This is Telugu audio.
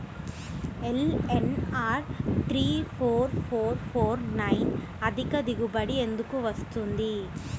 LNR three four four four nine అధిక దిగుబడి ఎందుకు వస్తుంది?